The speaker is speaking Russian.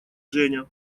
женя